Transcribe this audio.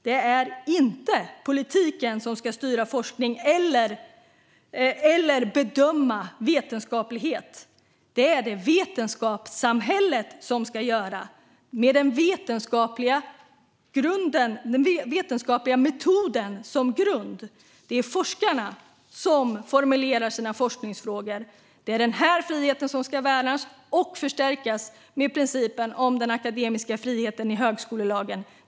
Det är inte politiken som ska styra forskning eller bedöma vetenskaplighet. Det är vetenskapssamhället som ska göra det med den vetenskapliga metoden som grund. Det är forskarna som formulerar sina forskningsfrågor. Det är den här friheten som ska värnas och förstärkas med principen om den akademiska friheten i högskolelagen.